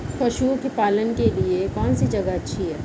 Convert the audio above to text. पशुओं के पालन के लिए कौनसी जगह अच्छी है?